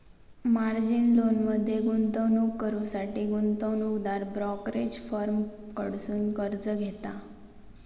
margin लोनमध्ये गुंतवणूक करुसाठी गुंतवणूकदार ब्रोकरेज फर्म कडसुन कर्ज घेता